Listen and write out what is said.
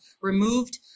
removed